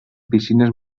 piscines